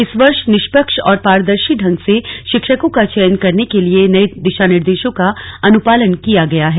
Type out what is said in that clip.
इस वर्ष निष्पक्ष और पारदर्शी ढंग से शिक्षकों का चयन करने के लिए नये दिशा निर्देशों का अनुपालन किया गया है